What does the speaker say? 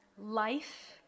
life